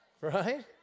Right